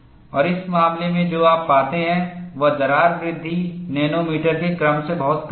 और इस मामले में जो आप पाते हैं वह दरार वृद्धि नैनोमीटर के क्रम से बहुत कम है